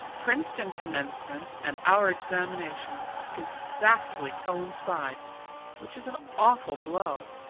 princeton commencement and our examinations exactly coincide which is an awful blow.